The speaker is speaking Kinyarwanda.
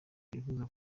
twifuza